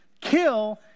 kill